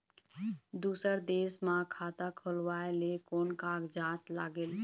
दूसर देश मा खाता खोलवाए ले कोन कागजात लागेल?